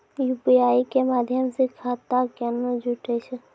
UPI के माध्यम से खाता केना जुटैय छै?